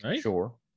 sure